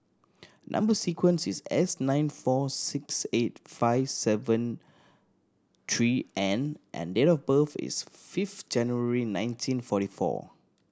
number sequence is S nine four six eight five seven three N and date of birth is fifth January nineteen forty four